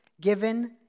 given